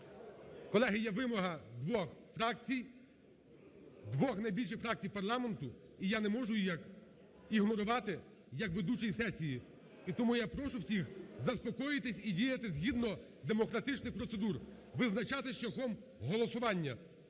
Колеги, є вимога двох фракцій, двох найбільших фракцій парламенту, і я не можу її ігнорувати як ведучий сесії. І тому я прошу всіх заспокоїтись і діяти згідно демократичних процедур, визначатись шляхом голосування.